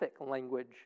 language